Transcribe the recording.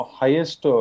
highest